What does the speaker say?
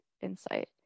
insight